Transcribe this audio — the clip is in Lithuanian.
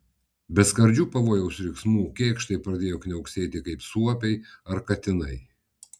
be skardžių pavojaus riksmų kėkštai pradėjo kniauksėti kaip suopiai ar katinai